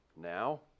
now